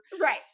Right